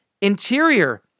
Interior